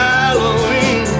Halloween